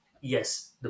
yes